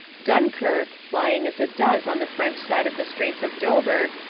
dun kirk, lying as it does on the french side of the straits of dover,